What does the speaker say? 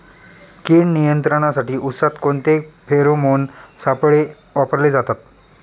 कीड नियंत्रणासाठी उसात कोणते फेरोमोन सापळे वापरले जातात?